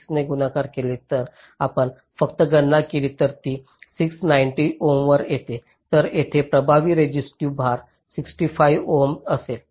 36 ने गुणाकार केले जर आपण फक्त गणना केली तर ती 690 ओमवर येते तर येथे प्रभावी रेसिस्टिव्ह भार 65 ओम असेल